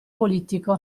politico